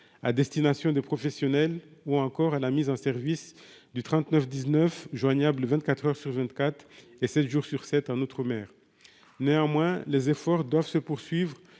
à destination des professionnels ou encore à la mise en service du trente-neuf 19 joignable 24 heures sur 24 et 7 jours sur 7, 1 outre-mer néanmoins les efforts doivent se poursuivre